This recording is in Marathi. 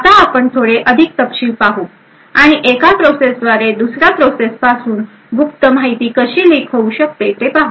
आता आपण थोडे अधिक तपशील पाहू आणि एका प्रोसेसद्वारे दुसर्या प्रोसेसपासून गुप्त माहिती कशी लिक होऊ शकते हे पाहू